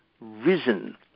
risen